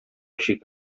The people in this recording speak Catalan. eixir